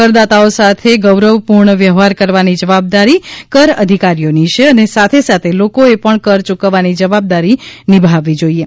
કરદાતાઓ સાથે ગૌરવપૂર્ણ વ્યવહાર કરવાની જવાબદારી કર અધિકારીઓની છે અને સાથે સાથે લોકોએ પણ કર ચૂકવવાની જવાબદારી નિભાવવી જોઈએ